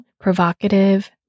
provocative